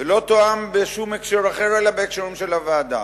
ולא תואם בשום הקשר אחר, אלא בהקשרים של הוועדה.